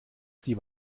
sie